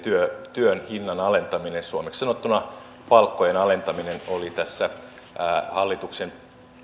työn hinnan alentaminen suomeksi sanottuna palkkojen alentaminen oli hallituksen